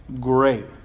great